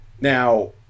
Now